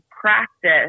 practice